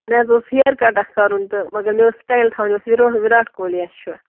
مےٚ حظ اوس ہیر کَٹ اکھ کَرُن تہٕ مگر مےٚ اوس سٹایل تھاوُن یُس وِراٹھ کوہلِیَس چھُ